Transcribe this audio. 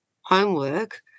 homework